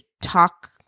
talk